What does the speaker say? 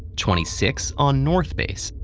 twenty six on north base,